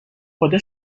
خدا